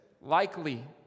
likely